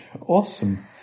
Awesome